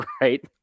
right